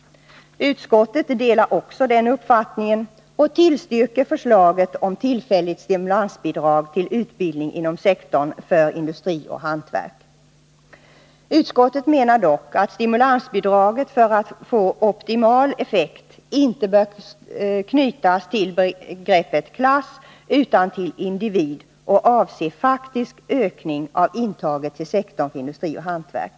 Utskottet delar också den uppfattningen och tillstyrker förslaget om tillfälligt stimulansbidrag till utbildning inom sektorn för industri och hantverk. Utskottet menar dock att stimulansbidraget för att få optimal effekt inte bör knytas till begreppet klass utan till individ och avse faktisk ökning av intaget till sektorn för industri och hantverk.